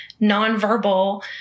nonverbal